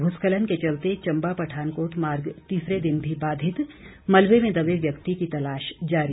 भूस्खलन के चलते चंबा पठानकोट मार्ग तीसरे दिन भी बाधित मलबे में दबे व्यक्ति की तलाश जारी